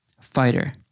fighter